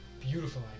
beautiful